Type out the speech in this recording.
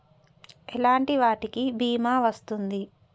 ఎలాంటి వాటికి బీమా వస్తుంది?